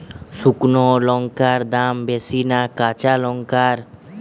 শুক্নো লঙ্কার দাম বেশি না কাঁচা লঙ্কার?